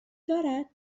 دارد